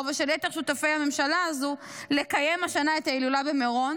ושל יתר שותפי הממשלה הזו לקיים השנה את ההילולה במירון,